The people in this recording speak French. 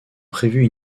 prévu